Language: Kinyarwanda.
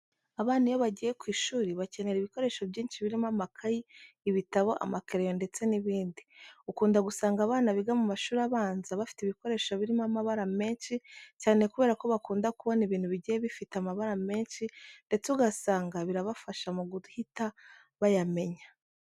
Abana iyo bagiye ku ishuri bakenera ibikoresho byinshi birimo amakayi, ibitabo, amakereyo ndetse n'ibindi. Ukunda gusanga abana biga mu mashuri abanza bafite ibikoresho birimo amabara menshi cyane kubera ko bakunda kubona ibintu bigiye bifite amabara menshi ndetse ugasanga birabafasha mu guhita bayamenya.